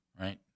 right